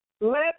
let